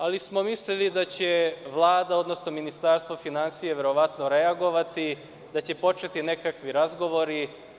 Ali, mislili smo da će Vlada, odnosno Ministarstvo finansija, verovatno reagovati, da će početi nekakvi razgovori.